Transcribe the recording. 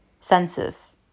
senses